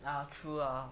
ya true lah